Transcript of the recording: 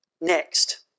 Next